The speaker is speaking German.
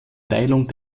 teilung